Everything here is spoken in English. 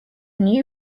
new